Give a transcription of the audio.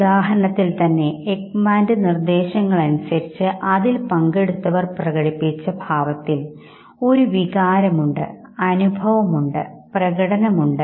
ഉദാഹരണത്തിന് ഭാരതീയ സംസ്കാരം അനുസരിച്ച് രാവിലെ നാം മുന്നിൽ കാണുന്ന വ്യക്തികളോട് സാധാരണയായി ചോദിക്കുന്ന ചോദ്യം ആണ് എങ്ങനെയിരിക്കുന്നു സുഖമാണോ